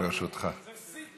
חמש דקות זה שיא,